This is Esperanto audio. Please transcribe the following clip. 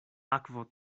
akvo